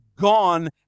gone